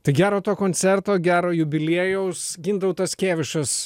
tai gero to koncerto gero jubiliejaus gintautas kėvišas